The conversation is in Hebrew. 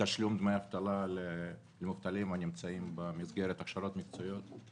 תשלום דמי אבטלה למובטלים הנמצאים במסגרת הכשרות מקצועיות.